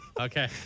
Okay